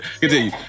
Continue